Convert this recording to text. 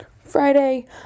Friday